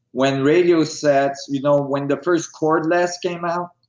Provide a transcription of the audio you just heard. when radio sets, you know when the first cordless came out,